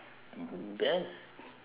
best